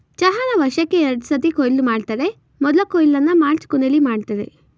ಚಹಾನ ವರ್ಷಕ್ಕೇ ಎರಡ್ಸತಿ ಕೊಯ್ಲು ಮಾಡ್ತರೆ ಮೊದ್ಲ ಕೊಯ್ಲನ್ನ ಮಾರ್ಚ್ ಕೊನೆಲಿ ಮಾಡ್ತರೆ